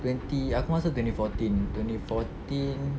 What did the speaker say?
twenty aku masuk twenty fourteen twenty fourteen